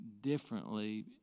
differently